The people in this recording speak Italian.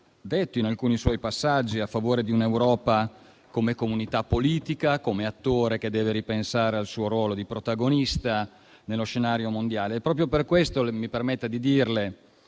detto in alcuni suoi passaggi - a favore di un'Europa come comunità politica e come attore che deve ripensare al suo ruolo di protagonista nello scenario mondiale. Proprio per tale ragione mi permetta di dirle